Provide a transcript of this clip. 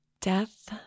death